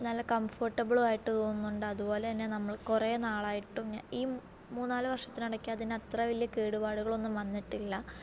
നല്ല കംഫോർട്ടബിളും ആയിട്ട് തോന്നുന്നുണ്ട് അതുപോലെ തന്നെ നമ്മൾ കുറേ നാളായിട്ടും ഈ മൂന്നുനാല് വർഷത്തിനിടയ്ക്ക് അതിന് അത്ര വലിയ കേടുപാടുകൾ ഒന്നും വന്നിട്ടില്ല